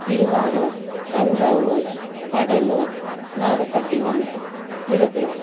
Thiruvarur Thanjavur Cuddalore Nagapattinam Villupuram